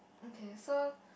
okay so